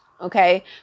okay